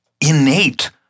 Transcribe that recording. innate